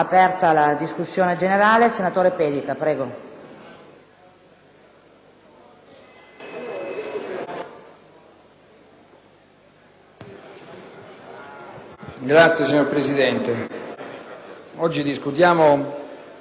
*(IdV)*. Signora Presidente, oggi discutiamo la ratifica di un Trattato internazionale di grande importanza per l'Italia e per tutta la comunità internazionale.